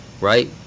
right